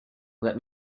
let